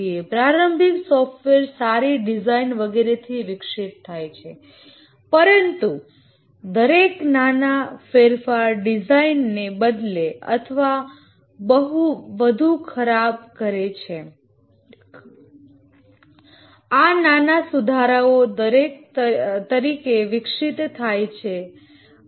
પ્રારંભિક સોફ્ટવેર સારી ડિઝાઇન વગેરે થી વિકસિત થાય છે પરંતુ દરેક નાના ફેરફાર ડિઝાઇનને બદલે છે અથવા વધુ ખરાબ કરે છે આ નાના સુધારાઓ તરીકે વિકસિત થાય છે